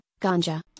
Ganja